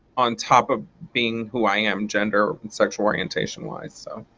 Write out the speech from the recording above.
on top of being who i am gender and sexual orientation wise so.